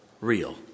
real